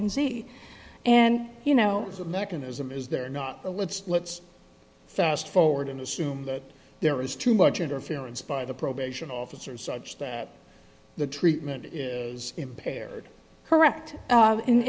and z and you know the mechanism is there not a let's let's fast forward and assume that there is too much interference by the probation officer such that the treatment is impaired correct